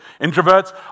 Introverts